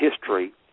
history